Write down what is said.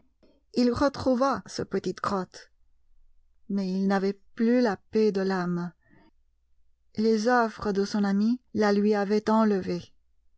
il retrouva sa petite grotte mais il n'avait plus la paix de l'âme les offres de son ami la lui avaient enlevée